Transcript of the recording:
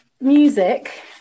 music